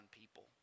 people